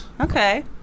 Okay